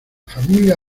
familia